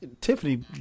Tiffany